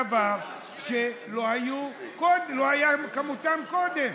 דבר שלא היה כמותו קודם.